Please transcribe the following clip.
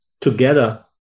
together